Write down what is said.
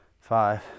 five